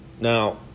Now